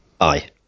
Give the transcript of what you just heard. Aye